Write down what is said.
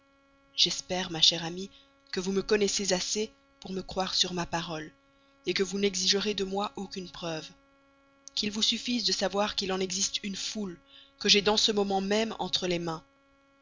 j'espère ma chère amie que vous me connaissez assez pour me croire sur ma parole que vous n'exigerez de moi aucune preuve qu'il vous suffira de savoir qu'il en existe une foule que j'ai dans ce moment même entre les mains